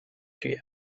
she